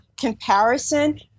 comparison